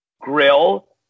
grill